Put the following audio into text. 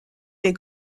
des